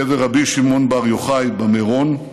קבר רבי שמעון בר יוחאי במירון,